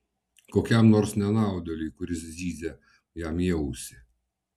kokiam nors nenaudėliui kuris zyzia jam į ausį